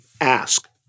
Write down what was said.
Ask